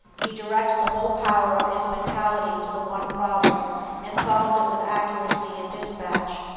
he directs the whole power of his mentality to the one problem and solves it with accuracy and dispatch.